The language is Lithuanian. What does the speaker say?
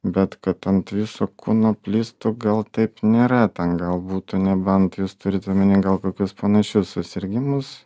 bet kad ant viso kūno plistų gal taip nėra ten gal būtų nebent jūs turit omeny gal kokius panašius susirgimus